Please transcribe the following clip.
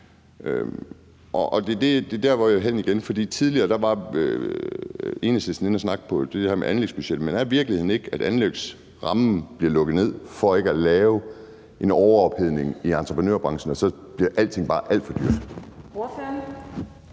Det er dér, jeg vil hen igen. Tidligere var Enhedslisten inde på det her med anlægsbudgetterne, men er virkeligheden ikke, at anlægsrammen bliver lukket ned for ikke at lave en overophedning i entreprenørbranchen, og så bliver alting bare alt for dyrt? Kl.